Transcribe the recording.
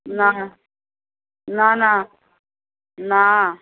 না না না না